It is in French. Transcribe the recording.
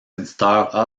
éditeurs